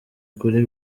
kuri